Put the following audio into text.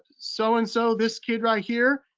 so and so this kid right here,